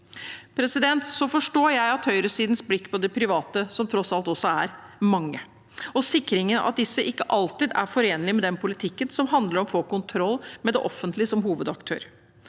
ansvaret. Så forstår jeg høyresidens blikk på de private, som tross alt også er mange, og at sikringen av disse ikke alltid er forenlig med den politikken som handler om å få kontroll, med det offentlige som hovedaktør.